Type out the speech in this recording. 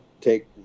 take